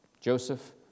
Joseph